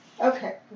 Okay